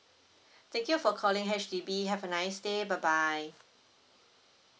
thank you for calling H_D_B have a nice day bye bye